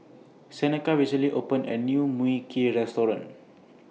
Seneca recently opened A New Mui Kee Restaurant